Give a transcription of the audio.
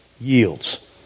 yields